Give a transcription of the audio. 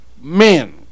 men